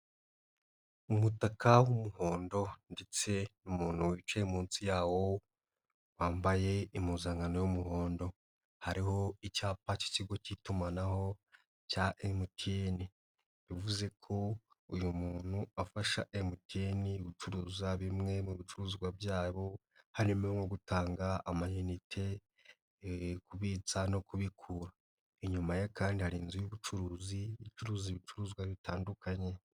Umutaka w'umuhondo ndetse n'umuntu wicaye munsi yawo wambaye impuzankano y'umuhondo, hariho icyapa K'ikigo K'itumanaho cya MTN bivuze ko uyu muntu afasha MTN gucuruza bimwe mu bicuruzwa byabo harimo nko gutanga amayinite, kubitsa no kubikura, inyuma kandi hari inzu z'ubucuruzi zicuruza ibicuruzwa bitandukanye.